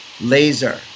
laser